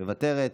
מוותרת,